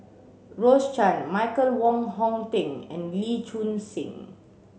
Rose Chan Michael Wong Hong Teng and Lee Choon Seng